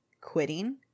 quitting